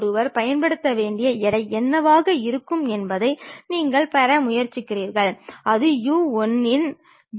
எனவே இந்த கோட்டிலிருந்து முக்கியமான தளங்கள் இரண்டாக பிரிக்கப்படுகிறது ஒன்று முதன்மை தளம் மற்றொன்று துணை தளம்